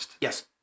Yes